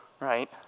Right